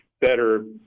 better